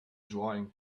drawing